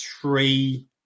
three